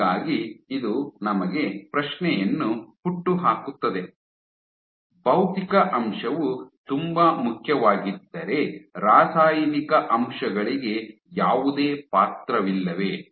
ಹೀಗಾಗಿ ಇದು ನಮಗೆ ಪ್ರಶ್ನೆಯನ್ನು ಹುಟ್ಟುಹಾಕುತ್ತದೆ ಭೌತಿಕ ಅಂಶವು ತುಂಬಾ ಮುಖ್ಯವಾಗಿದ್ದರೆ ರಾಸಾಯನಿಕ ಅಂಶಗಳಿಗೆ ಯಾವುದೇ ಪಾತ್ರವಿಲ್ಲವೇ